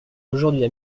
aujourd’hui